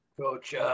Coach